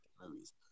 movies